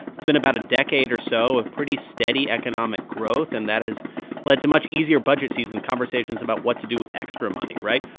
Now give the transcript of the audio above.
it's been about a decade or so of pretty steady economic growth, and that has led to much easier budget seasons, conversations about what to do with extra money, right?